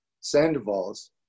Sandoval's